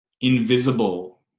invisible